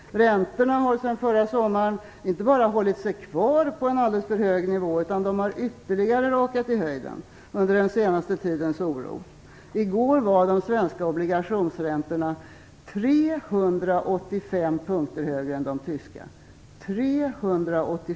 Räntorna har sedan förra sommaren inte bara hållit sig kvar på en alldeles för hög nivå, utan de har ytterligare rakat i höjden under den senaste tidens oro. I går var de svenska obligationsräntorna 385 punkter högre än de tyska.